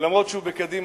וגם אם הוא בקדימה,